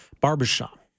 barbershop